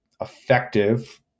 effective